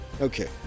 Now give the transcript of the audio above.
Okay